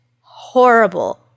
horrible